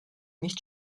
nicht